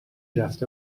رفته